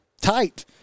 tight